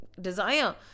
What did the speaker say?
desire